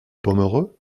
pomereux